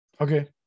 Okay